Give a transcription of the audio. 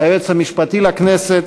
היועץ המשפטי לכנסת